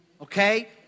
Okay